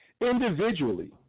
individually